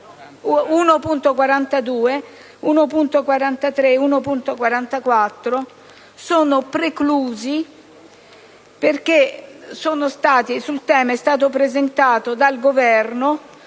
1.42, 1.43 e 1.44 sono preclusi perche´ sul tema e stato presentato dal Governo